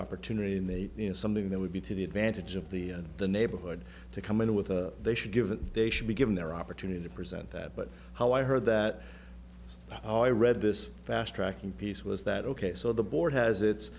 opportunity in the you know something that would be to the advantage of the the neighborhood to come in with they should given they should be given their opportunity to present that but how i heard that i read this fast tracking piece was that ok so the board has its